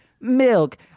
milk